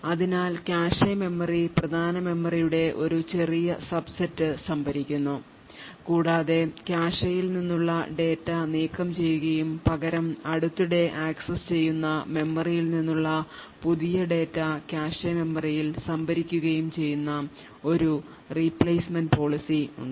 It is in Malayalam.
അതിനാൽ കാഷെ മെമ്മറി പ്രധാന മെമ്മറിയുടെ ഒരു ചെറിയ subset സംഭരിക്കുന്നു കൂടാതെ കാഷെയിൽ നിന്നുള്ള ഡാറ്റ നീക്കംചെയ്യുകയും പകരം അടുത്തിടെ ആക്സസ്സുചെയ്യുന്ന മെമ്മറിയിൽ നിന്നുള്ള പുതിയ ഡാറ്റ കാഷെ മെമ്മറിയിൽ സംഭരിക്കുകയും ചെയ്യുന്ന ഒരു replacement policy ഉണ്ട്